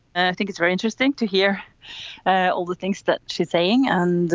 i think it's very interesting to hear all the things that she's saying and